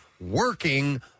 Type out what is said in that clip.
working